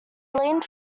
leaned